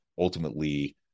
ultimately